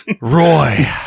Roy